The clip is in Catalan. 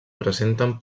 presenten